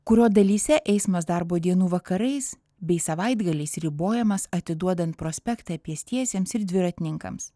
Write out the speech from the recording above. kurio dalyse eismas darbo dienų vakarais bei savaitgaliais ribojamas atiduodant prospektą pėstiesiems ir dviratininkams